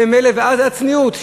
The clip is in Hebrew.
ואז הצניעות,